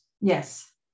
yes